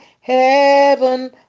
heaven